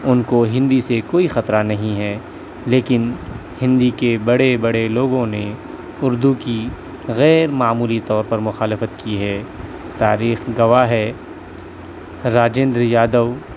ان کو ہندی سے کوئی خطرہ نہیں ہے لیکن ہندی کے بڑے بڑے لوگوں نے اردو کی غیرمعمولی طور پر مخالفت کی ہے تاریخ گواہ ہے راجیندر یادو